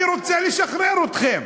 אני רוצה לשחרר אתכם.